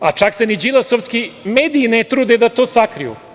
A čak se ni đilasovski mediji ne trude da to sakriju.